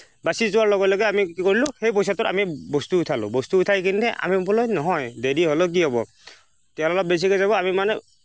বাচি যোৱাৰ লগে লগে আমি কি কৰিলোঁ সেই পইচাটোৰ আমি বস্তু উঠালোঁ বস্তু উঠাই কিনে আমি বোলে নহয় দেইলি হ'লেও কি হ'ব তেল অলপ বেছিকৈ যাব আমি মানে